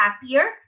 happier